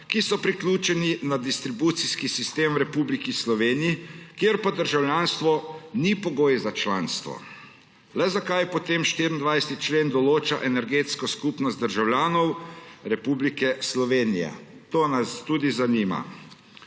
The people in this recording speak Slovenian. ki so priključeni na distribucijski sistem v Republiki Sloveniji, kjer pa državljanstvo ni pogoj za članstvo. Le zakaj potem 24. člen določa energetsko skupnost državljanov Republike Slovenije? To nas tudi zanima.